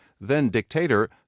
then-dictator